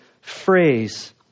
phrase